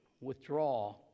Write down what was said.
withdraw